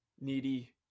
needy